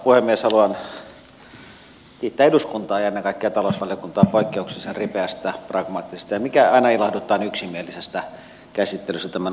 haluan kiittää eduskuntaa ja ennen kaikkea talousvaliokuntaa poikkeuksellisen ripeästä pragmaattisesta ja mikä aina ilahduttaa yksimielisestä käsittelystä tämän asian suhteen